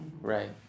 right